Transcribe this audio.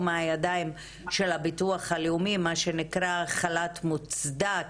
מהידיים של הביטוח הלאומי מה שנקרא חל"ת מוצדק,